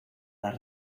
las